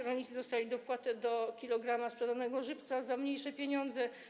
Rolnicy dostali dopłatę do 1 kg sprzedanego żywca za mniejsze pieniądze.